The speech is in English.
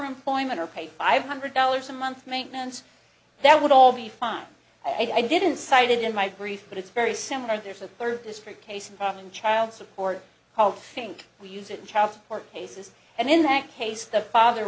employment or pay five hundred dollars a month maintenance that would all be fine i didn't cite it in my brief but it's very similar there's a third district case involving child support called think we use it in child support cases and in that case the father